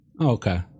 Okay